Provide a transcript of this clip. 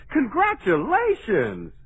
Congratulations